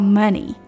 money